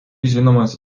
žinomos